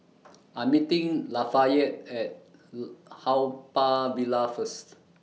I'm meeting Lafayette At Haw Par Villa First